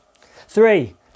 Three